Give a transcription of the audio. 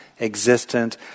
existent